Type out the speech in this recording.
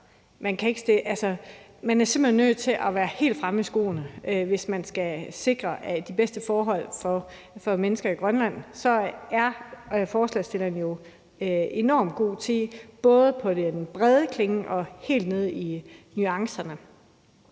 Man er simpelt hen nødt til at være helt fremme i skoene. Hvis man skal sikre de bedste forhold for mennesker i Grønland, er forslagsstilleren jo enormt god, både på den brede klinge og helt ned i nuancerne.